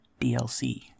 DLC